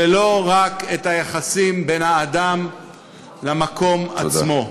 ולא רק את היחסים בין האדם למקום עצמו.